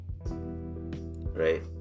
right